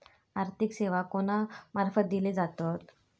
आर्थिक सेवा कोणा मार्फत दिले जातत?